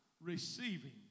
receiving